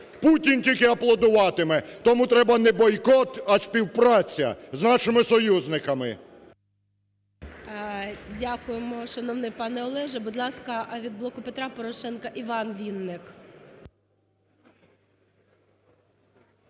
Путін тільки аплодуватиме. Тому треба не бойкот, а співпраця з нашими союзниками! ГОЛОВУЮЧИЙ. Дякуємо, шановний пане Олеже. Будь ласка, від "Блоку Петра Порошенка" Іван Вінник.